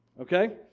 Okay